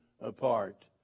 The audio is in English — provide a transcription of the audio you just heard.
apart